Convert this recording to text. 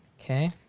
Okay